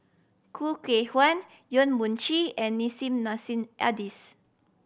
Khoo Kay Hian Yong Mun Chee and Nissim Nassim Adis